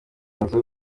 inzu